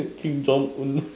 Kim-Jong-Un